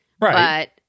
Right